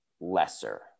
lesser